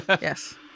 Yes